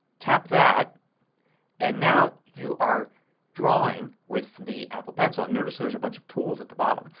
tap that and now you are drawing with the apple pencil. notice there's a bunch of tools at the bottom.